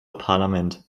parlament